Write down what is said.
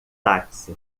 táxi